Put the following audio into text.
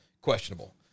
questionable